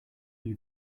you